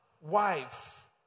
wife